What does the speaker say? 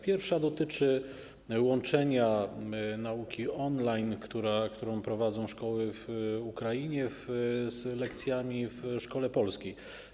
Pierwsza dotyczy połączenia nauki on-line, którą prowadzą szkoły w Ukrainie, z lekcjami w szkole polskiej.